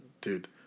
dude